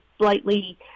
slightly